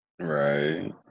right